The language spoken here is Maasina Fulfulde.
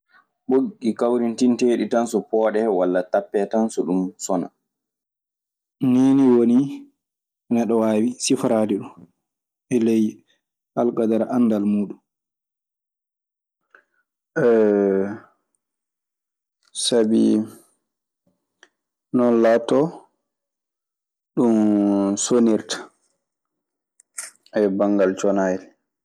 Ɓoggi kawrintinteeɗi tan so pooɗe walla tampee tan so ɗum sona. Nii nii woni neɗɗo waawi siforaade ɗun e ley alkadara anndal muuɗun. Sabi non laatotoo ɗum sonirta banngal conaayi.